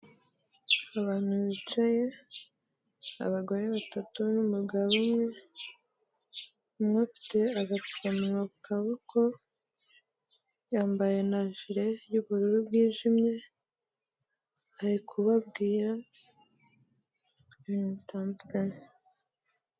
Abantu bicaye, abagore batatu n'umugabo umwe, umwe afite agapfukamunwa ku kaboko, yambaye na jire y'ubururu bwijimye, ari kubabwira ibintu bitandukanye.